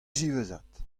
ziwezhat